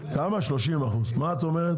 30% מה את אומרת?